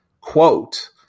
quote